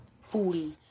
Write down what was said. fool